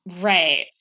Right